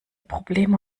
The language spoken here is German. problem